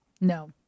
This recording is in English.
No